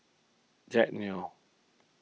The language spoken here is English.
Jack Neo